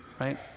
Right